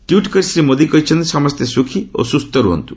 tweet କରି ଶ୍ରୀ ମୋଦି କହିଛନ୍ତି ସମସ୍ତେ ସୁଖୀ ଓ ସୁସ୍ତ ରୁହନ୍ତୁ